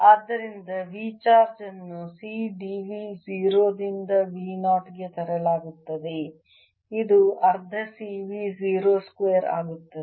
ಆದ್ದರಿಂದ V charge ಅನ್ನು C dv 0 ರಿಂದ V 0 ಗೆ ತರಲಾಗುತ್ತದೆ ಇದು ಅರ್ಧC V 0 ಸ್ಕ್ವೇರ್ ಆಗುತ್ತದೆ